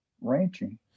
ranching